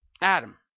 Adam